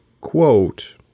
quote